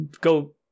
go